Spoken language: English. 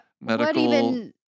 medical